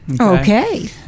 okay